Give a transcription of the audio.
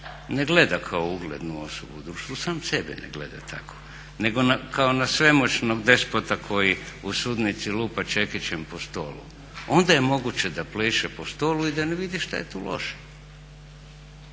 ne gleda kao uglednu osobu u društvu, sam sebe ne gleda tako nego na kao svemoćnog despota koji u sudnici lupa čekićem po stolu onda je moguće da pleše po stolu i da ne vidi što je tu loše.